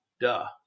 duh